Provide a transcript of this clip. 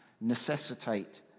necessitate